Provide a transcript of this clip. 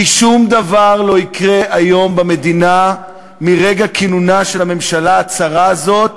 כי שום דבר לא יקרה היום במדינה מרגע כינונה של הממשלה הצרה הזאת